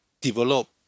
develop